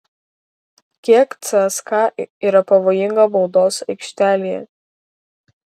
kiek cska yra pavojinga baudos aikštelėje